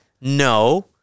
No